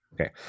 Okay